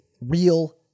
real